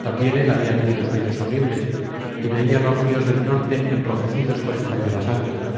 también él había tenido sueños horribles y veía los ríos del norte enrojecidos por española sangre